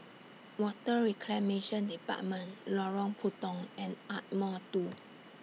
Water Reclamation department Lorong Puntong and Ardmore two